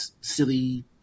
silly